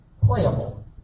playable